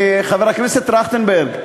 חבר הכנסת טרכטנברג.